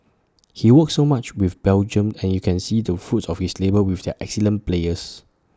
he's worked so much with Belgium and you can see the fruits of his labour with their excellent players